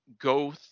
go